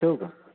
ठेवू का